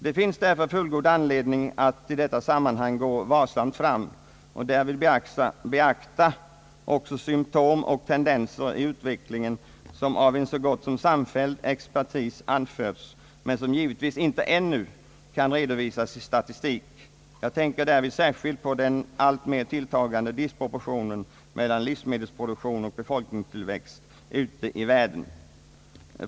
Det finns därför fullgod anledning att i detta sammanhang gå varsamt fram och därvid beakta också symptom och tendenser i utvecklingen som av en så gott som samfälld expertis anförts, men som givetvis inte ännu kan redovisas i statistik. Jag tänker därvid särskilt på den alltmer tilltagande disproportionen mellan livsmedelsproduktion och befolkningstillväxt ute i världen.